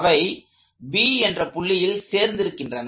அவை B என்ற புள்ளியில் சேர்ந்திருக்கின்றன